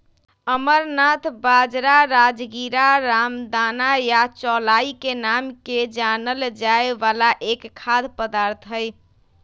amaranth बाजरा, राजगीरा, रामदाना या चौलाई के नाम से जानल जाय वाला एक खाद्य पदार्थ हई